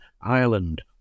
Ireland